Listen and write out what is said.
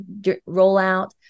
rollout